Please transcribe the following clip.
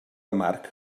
amarg